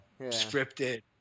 scripted